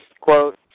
quote